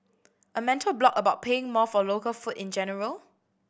a mental block about paying more for local food in general